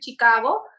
Chicago